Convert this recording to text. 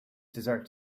dessert